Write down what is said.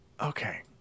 okay